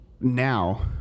now